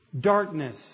darkness